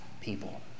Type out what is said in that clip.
people